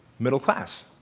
middle-class.